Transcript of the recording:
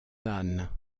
âne